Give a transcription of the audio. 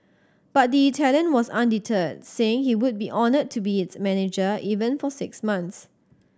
but the Italian was undeterred saying he would be honoured to be its manager even for six months